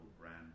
brand